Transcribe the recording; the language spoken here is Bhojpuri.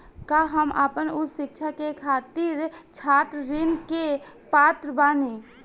का हम आपन उच्च शिक्षा के खातिर छात्र ऋण के पात्र बानी?